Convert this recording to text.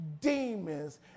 demons